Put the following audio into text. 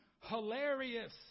hilarious